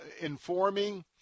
informing